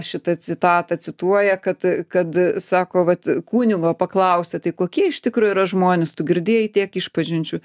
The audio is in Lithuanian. šitą citatą cituoja kad kad sako vat kunigo paklausė tai kokie iš tikro yra žmonės tu girdėjai tiek išpažinčių